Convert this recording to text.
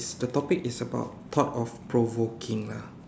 the topic is about thought of provoking lah